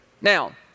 Now